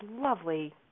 lovely